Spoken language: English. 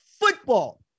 Football